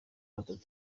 batatu